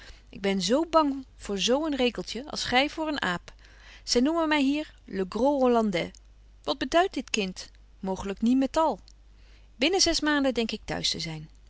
ik ben zo bang voor z een rekeltje als gy voor een aap zy noemen my hier le gros hollandais wat beduidt dit kind mooglyk nietmetal binnen zes maanden denk ik thuis te zyn